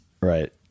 Right